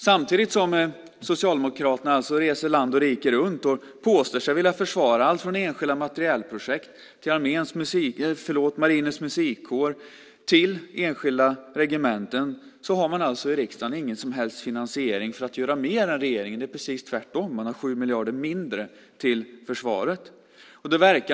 Samtidigt som Socialdemokraterna reser land och rike runt och påstår sig vilja försvara allt från enskilda materielprojekt till Marinens musikkår och till enskilda regementen har man alltså i riksdagen ingen som helst finansiering för att göra mer än regeringen, utan det är precis tvärtom. Man har 7 miljarder mindre till försvaret.